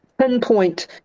pinpoint